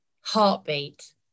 heartbeat